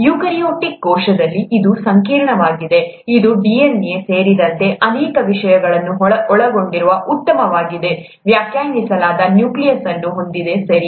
eukaryotic ಕೋಶದಲ್ಲಿ ಇದು ಸಂಕೀರ್ಣವಾಗಿದೆ ಇದು DNA ಸೇರಿದಂತೆ ಅನೇಕ ವಿಷಯಗಳನ್ನು ಒಳಗೊಂಡಿರುವ ಉತ್ತಮವಾಗಿ ವ್ಯಾಖ್ಯಾನಿಸಲಾದ ನ್ಯೂಕ್ಲಿಯಸ್ ಅನ್ನು ಹೊಂದಿದೆ ಸರಿ